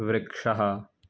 वृक्षः